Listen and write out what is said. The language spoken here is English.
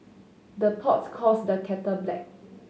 the pot calls the kettle black